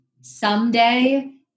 someday